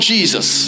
Jesus